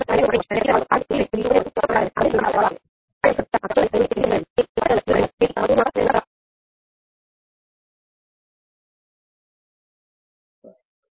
જ્યારે તમે શિફ્ટ કરો છો ચાલો આપણે અક્ષો લઈએ અને જોઈએ કે તે કેવી રીતે ભેગું થઇ રહ્યું છે તેથી એક ચોક્કસ સમયે સિગ્નલ આના જેવું હશે જેથી તમારો કુલ ગુણાકાર અને તે ગુણાકાર નો સરવાળો જે આ ક્ષેત્ર જેવો છે અને પછી કેટલાક સમય પછી આના જેવું થઈ જશે બરાબર